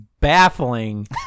baffling